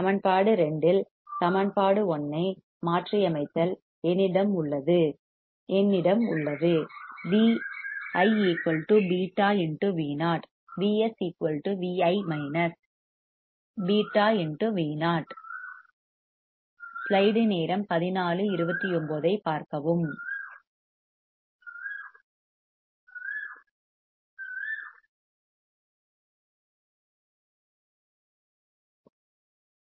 சமன்பாடு 2 இல் சமன்பாடு 1 ஐ மாற்றியமைத்தல் என்னிடம் உள்ளது என்னிடம் உள்ளது ViβVo VsVi Vo